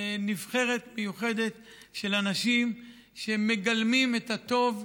נבחרת מיוחדת של אנשים שמגלמים את הטוב,